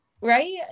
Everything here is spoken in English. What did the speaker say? Right